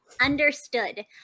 Understood